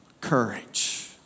courage